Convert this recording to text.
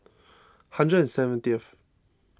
hundred and seventieth